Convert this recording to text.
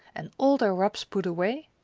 and all their wraps put away,